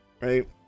right